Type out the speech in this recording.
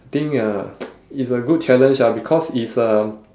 I think uh it's a good challenge ah because it's a